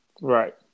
Right